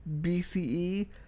BCE